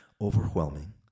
overwhelming